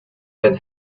been